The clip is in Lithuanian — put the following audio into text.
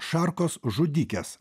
šarkos žudikės